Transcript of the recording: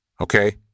okay